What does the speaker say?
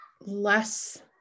less